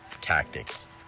tactics